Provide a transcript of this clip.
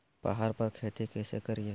पहाड़ पर खेती कैसे करीये?